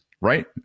Right